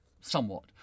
somewhat